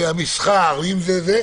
אם זה המסחר וכן הלאה,